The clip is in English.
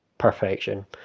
perfection